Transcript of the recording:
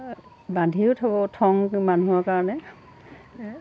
বান্ধিও থ'ব থওঁ এই মানুহৰ কাৰণে